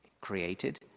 created